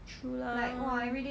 true lah